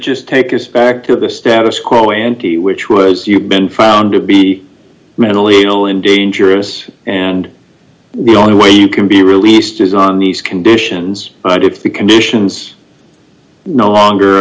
just take us back to the status quo ante which was you been found to be mentally ill and dangerous and we only way you can be released is on these conditions i do if the conditions no